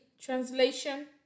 translation